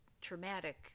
traumatic